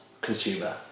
consumer